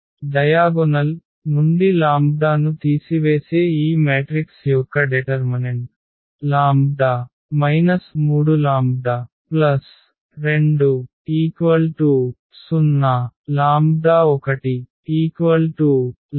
diagonal నుండి లాంబ్డాను తీసివేసే ఈ మ్యాట్రిక్స్ యొక్క డెటర్మనెంట్ ⟹λ 3λ20⟹132 2